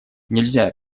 нельзя